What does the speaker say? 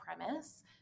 premise